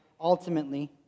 ultimately